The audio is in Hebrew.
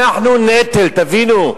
אנחנו נטל, תבינו.